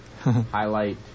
Highlight